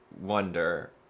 wonder